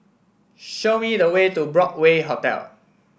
show me the way to Broadway Hotel